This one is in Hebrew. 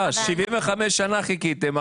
75 שנה חיכיתם.